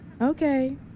Okay